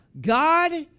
God